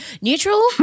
Neutral